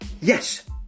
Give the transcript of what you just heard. Yes